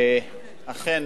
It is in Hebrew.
אכן,